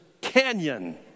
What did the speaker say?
canyon